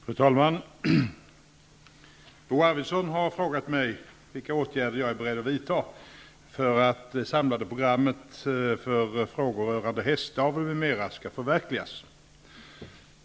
Fru talman! Bo Arvidsson har frågat mig vilka åtgärder jag är beredd att vidta för att det samlade programmet för frågor rörande hästavel m.m. skall förverkligas.